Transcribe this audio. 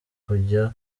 kujya